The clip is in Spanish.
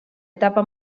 etapa